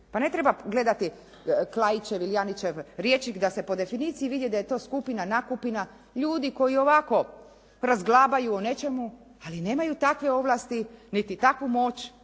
Pa ne treba gledati Klaićev i Anićev rječnik da se po definiciji vidi da je skupina, nakupina ljudi koji ovako razglabaju o nečemu, ali nemaju takve ovlasti, niti takvu moć